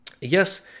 yes